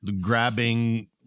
grabbing